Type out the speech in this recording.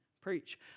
preach